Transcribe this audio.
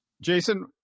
Jason